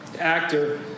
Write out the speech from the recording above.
Actor